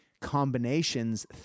combinations